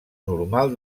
normal